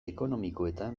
ekonomikoetan